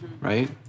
right